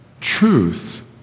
Truth